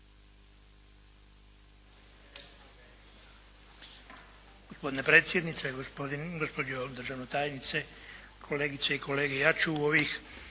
Gospodine predsjedniče, gospođo državna tajnice, kolegice i kolege. Ja ću u ovom